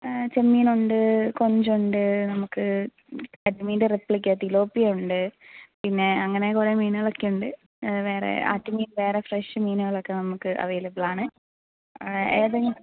ചെമ്മീൻ ഉണ്ട് കൊഞ്ച് ഉണ്ട് നമുക്ക് കരിമീന്റെ റെപ്ലിക്ക തിലോപ്പിയ ഉണ്ട് പിന്നെ അങ്ങനെ കുറേ മീനുകളൊക്കെ ഉണ്ട് വേറെ ആറ്റുമീൻ വേറെ ഫ്രഷ് മീനുകളൊക്കെ നമുക്ക് അവൈലബിൾ ആണ് ഏതെ